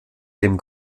dem